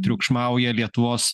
triukšmauja lietuvos